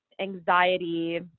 anxiety